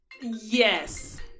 Yes